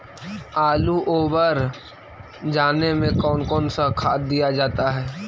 आलू ओवर जाने में कौन कौन सा खाद दिया जाता है?